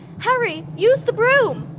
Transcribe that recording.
harry, use the broom.